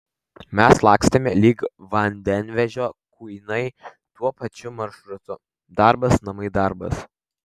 mes lakstėme lyg vandenvežio kuinai tuo pačiu maršrutu darbas namai darbas